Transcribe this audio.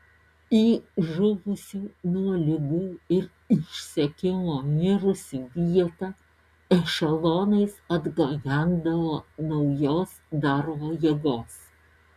į žuvusių nuo ligų ir išsekimo mirusių vietą ešelonais atgabendavo naujos darbo jėgos